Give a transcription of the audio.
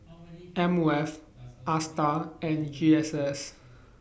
M O F ASTAR and G S S